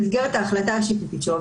במסגרת ההחלטה השיפוטית שלו,